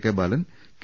K Balan K